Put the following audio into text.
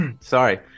sorry